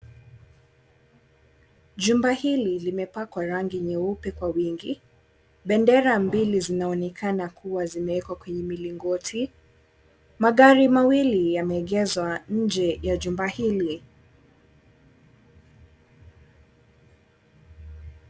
Jumba hili limepakwa rangi nyeupe kwa wingi. Bendera mbili zinaonekana kuwa zimewekwa kwenye mlingoti. Magari mawili yameegezwa nje ya jumba hili.